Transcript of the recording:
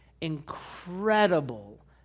incredible